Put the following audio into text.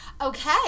Okay